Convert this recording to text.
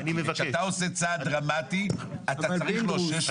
כשאתה עושה צעד דרמטי אתה צריך לאושש אותו.